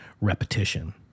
repetition